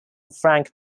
frank